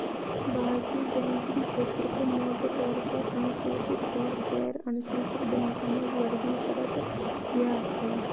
भारतीय बैंकिंग क्षेत्र को मोटे तौर पर अनुसूचित और गैरअनुसूचित बैंकों में वर्गीकृत किया है